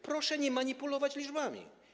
Proszę nie manipulować liczbami.